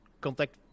contact